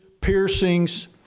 piercings